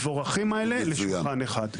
המבורכים האלה, לשולחן אחד.